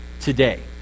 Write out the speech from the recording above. today